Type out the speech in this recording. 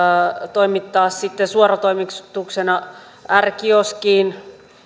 toimittaa sitten suoratoimituksena r kioskiin